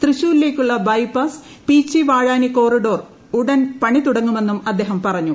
തൃശ്ശൂരിലേക്കുള്ള bypass Peechi Vazhani corridor ഉടൻ പണി തുടങ്ങുമെന്നും അദ്ദേഹം പറഞ്ഞു